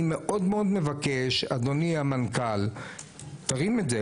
אני מאוד מאוד מבקש, אדוני המנכ"ל, תרים את זה.